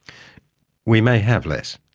we may have less,